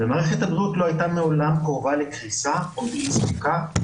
מערכת הבריאות לא הייתה מעולם קרובה לקריסה או לאי ספיקה,